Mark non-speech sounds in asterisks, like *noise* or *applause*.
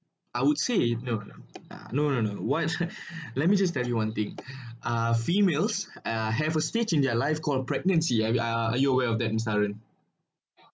I would say no no uh no no no why *breath* let me just tell you one thing uh females uh have a stage in their life called pregnancy have you uh are you aware of that mister haren